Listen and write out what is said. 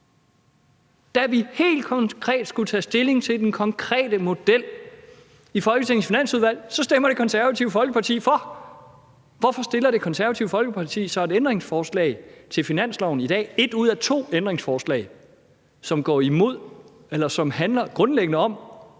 Da vi helt konkret skulle tage stilling til den konkrete model i Folketingets Finansudvalg, stemmer Det Konservative Folkeparti for. Hvorfor stiller Det Konservative Folkeparti så et ændringsforslag til finanslovsforslaget i dag? Der er tale om et ud af to ændringsforslag, som grundlæggende handler om